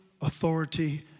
authority